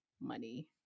Money